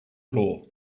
floor